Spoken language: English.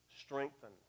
strengthen